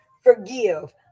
Forgive